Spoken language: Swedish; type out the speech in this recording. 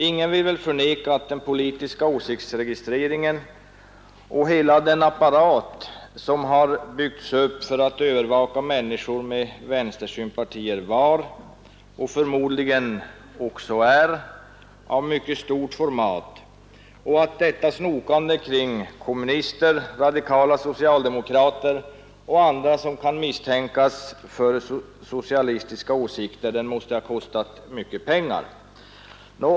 Ingen vill väl förneka att den politiska åsiktsregistreringen och hela den apparat som har byggts upp för att övervaka människor med vänstersympatier var — och förmodligen också är — av mycket stort format och att detta snokande kring kommunister, radikala socialdemokrater och andra som kunnat misstänkas för socialistiska åsikter måste ha kostat mycket pengar.